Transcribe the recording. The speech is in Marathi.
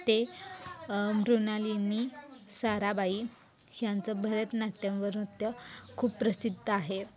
ते मृणालीनी साराभाई ह्यांचं भरतनाट्यमवर नृत्य खूप प्रसिद्ध आहे